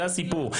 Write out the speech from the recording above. זה הסיפור.